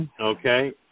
Okay